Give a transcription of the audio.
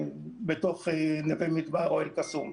בתוך נווה מדבר או אל קסום.